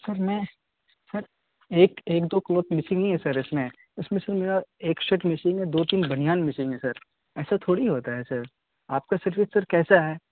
سر میں سر ایک ایک دو کلوتھ مسنگ نہیں ہے سر اس میں اس میں سر میرا ایک شرٹ مسنگ ہے دو تین بنیان مسنگ ہے سر ایسا تھوڑی ہوتا ہے سر آپ کا سروس سر کیسا ہے